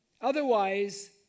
Otherwise